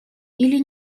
или